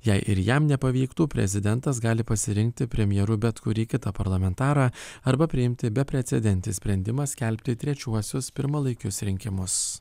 jei ir jam nepavyktų prezidentas gali pasirinkti premjeru bet kurį kitą parlamentarą arba priimti beprecedentį sprendimą skelbti trečiuosius pirmalaikius rinkimus